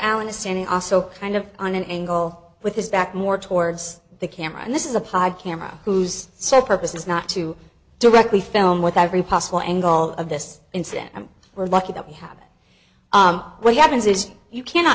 allen is standing also kind of on an angle with his back more towards the camera and this is a pipe camera whose sole purpose is not to directly film with every possible angle of this incident and we're lucky that we have what happens is you cannot